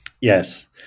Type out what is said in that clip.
Yes